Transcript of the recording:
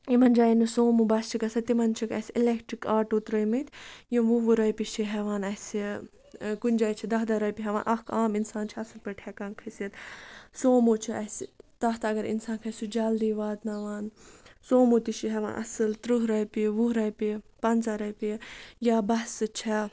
یِمَن جایَن نہٕ سوموٗ بَس چھِ گژھان تہٕ تِمَن چھِکھ اَسہِ اِلٮ۪کٹِرٛک آٹوٗ ترٛٲیمٕتۍ یِم وُہ وُہ رۄپیہِ چھِ ہٮ۪وان اَسہِ کُنہِ جایہِ چھِ دَہ دَہ رۄپیہِ ہٮ۪وان اَکھ عام اِنسان چھِ اَصٕل پٲٹھۍ ہٮ۪کان کھٔسِتھ سومو چھِ اَسہِ تَتھ اگر اِنسان کھَسہِ سُہ جلدی واتناوان سوموٗ تہِ چھِ ہٮ۪وان اَصٕل تٕرٛہ رۄپیہِ وُہ رۄپیہِ پنٛژاہ رۄپیہِ یا بَسہٕ چھےٚ